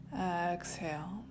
Exhale